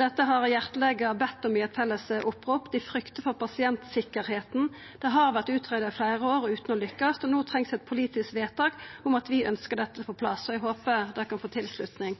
Dette har hjartelegane bede om i eit felles opprop, dei fryktar for pasientsikkerheita. Det har vore utgreidd i fleire år utan at ein har lukkast, og no trengs eit politisk vedtak om at vi ønskjer å få dette på plass. Eg håpar det kan få tilslutning.